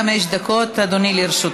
בצלאל, בעדינות, עד חמש דקות, אדוני, לרשותך.